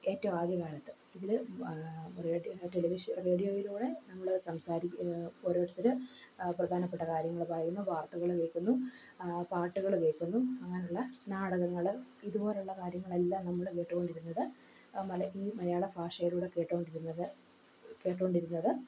ഏറ്റവും ആദ്യകാലത്ത് ഇതിൽ റേഡിയോ ടെലിവിഷൻ റേഡിയോയിലൂടെ നമ്മൾ സംസാരിക്കും ഓരോരുത്തർ പ്രധാനപ്പെട്ട കാര്യങ്ങൾ പറയുന്നു വാർത്തകൾ കേൾക്കുന്നു പാട്ടുകൾ കേൾക്കുന്നു അങ്ങനെയുള്ള നാടകങ്ങൾ ഇതുപോലുള്ള കാര്യങ്ങളെല്ലാം നമ്മൾ കേട്ടുകൊണ്ടിരുന്നത് ഈ മലയാള ഭാഷയിലൂടെ കേട്ടുകൊണ്ടിരുന്നത് കേട്ടുകൊണ്ടിരുന്നത്